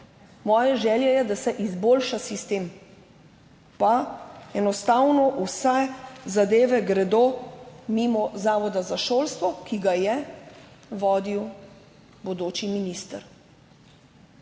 Moja želja je, da se izboljša sistem, pa enostavno vse zadeve gredo mimo Zavoda za šolstvo, ki ga je vodil bodoči minister.